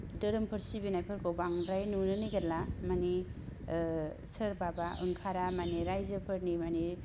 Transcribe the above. धोरोमफोर सिबिनायखौ बांद्राय नुनो नागिरला माने ओ सोरबाबा ओंखारा माने राइजोफोरनि माने